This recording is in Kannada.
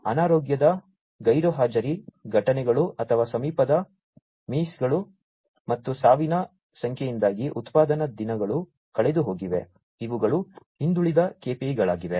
ಅನಾರೋಗ್ಯದ ಗೈರುಹಾಜರಿ ಘಟನೆಗಳು ಅಥವಾ ಸಮೀಪದ ಮಿಸ್ಗಳು ಮತ್ತು ಸಾವಿನ ಸಂಖ್ಯೆಯಿಂದಾಗಿ ಉತ್ಪಾದನಾ ದಿನಗಳು ಕಳೆದುಹೋಗಿವೆ ಇವುಗಳು ಹಿಂದುಳಿದ KPIಗಳಾಗಿವೆ